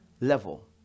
level